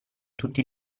tutti